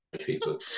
people